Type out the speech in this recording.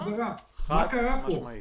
מה קורה פה?